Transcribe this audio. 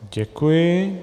Děkuji.